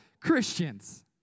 Christians